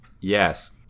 Yes